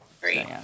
Great